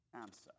Answer